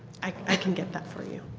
i can get that for you.